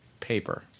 paper